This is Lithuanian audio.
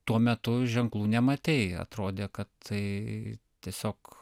tuo metu ženklų nematei atrodė kad tai tiesiog